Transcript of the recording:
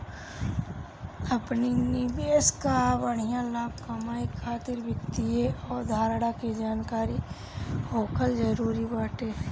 अपनी निवेश कअ बढ़िया लाभ कमाए खातिर वित्तीय अवधारणा के जानकरी होखल जरुरी बाटे